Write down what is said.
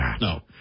no